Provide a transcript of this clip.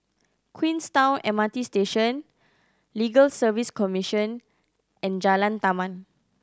Queenstown M R T Station Legal Service Commission and Jalan Taman